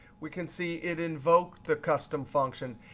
we can see it invoked the custom function.